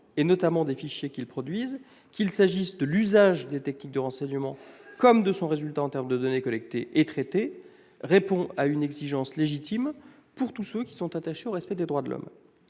et notamment des fichiers qu'ils produisent, qu'il s'agisse de l'usage des techniques de renseignement ou de leur résultat en termes de données collectées et traitées, répond à une exigence légitime pour tous ceux qui sont attachés au respect des droits de l'homme.